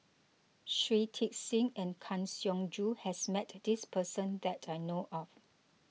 Shui Tit Sing and Kang Siong Joo has met this person that I know of